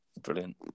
brilliant